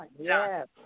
Yes